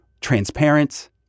transparent